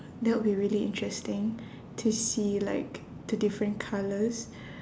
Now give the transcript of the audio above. that will be really interesting to see like the different colours